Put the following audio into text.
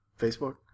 Facebook